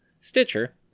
Stitcher